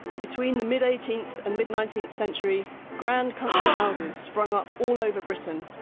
between the mid eighteenth and mid nineteenth century, grand country houses sprung up all over britain.